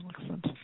Excellent